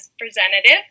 representative